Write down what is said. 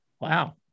Wow